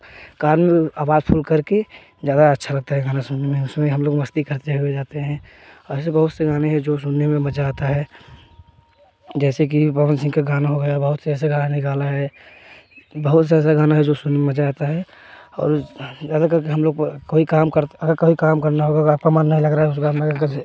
car में आवाज़ full करके ज़्यादा अच्छा लगता है गाना सुनने में उसमें हम लोग मस्ती करते हुए जाते हैं एसे बहुत सारे गाने हैं जो सुनने में मज़ा आता है जैसे कि पवन सिंह का गाना हो गया बहुत से ऐसे गाना निकला है बहुत से ऐसा गाना है जो सुनने में मज़ा आता है और ज़्यादा करके हम लोग कोई काम करते अगर कोई काम करना होगा अगर आपका मन नहीं लग रहा है